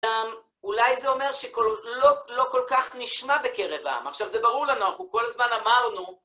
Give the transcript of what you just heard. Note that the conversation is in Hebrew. אולי זה אומר שלא כל כך נשמע בקרב העם. עכשיו, זה ברור לנו, אנחנו כל הזמן אמרנו...